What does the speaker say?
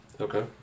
Okay